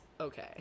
okay